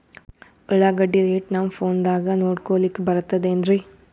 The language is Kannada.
ಉಳ್ಳಾಗಡ್ಡಿ ರೇಟ್ ನಮ್ ಫೋನದಾಗ ನೋಡಕೊಲಿಕ ಬರತದೆನ್ರಿ?